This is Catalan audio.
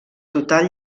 total